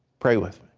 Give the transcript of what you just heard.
pray with